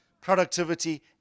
productivity